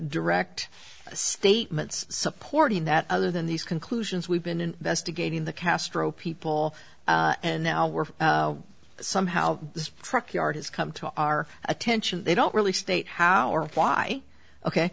direct statements supporting that other than these conclusions we've been investigating the castro people and now we're somehow this truck yard has come to our attention they don't really state how or why ok